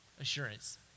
assurance